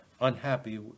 unhappy